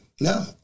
No